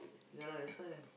ya lah that's why